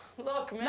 look, man.